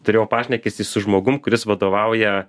turėjau pašnekesį su žmogum kuris vadovauja